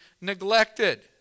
neglected